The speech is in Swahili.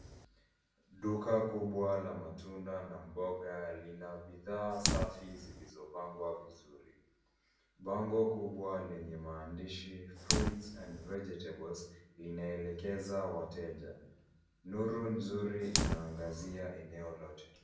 Duka kubwa la matunda na mboga lina bidhaa safi zilizopangwa vizuri. Bango kubwa lenye maandishi Fruits & Vegetables linaelekeza wateja. Nuru nzuri inaangazia eneo lote.